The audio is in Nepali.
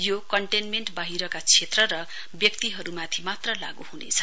यो कन्टेमेण्ट बाहिरका क्षेत्र र व्यक्तिहरुमाथि मात्र लागू हुनेछ